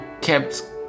kept